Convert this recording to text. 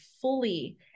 fully